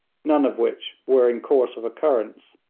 none of which were in course of occurrence.